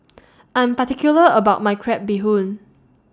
I'm particular about My Crab Bee Hoon